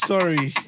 Sorry